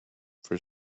for